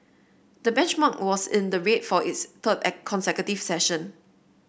the benchmark was in the red for its third at consecutive session